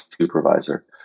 supervisor